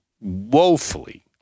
woefully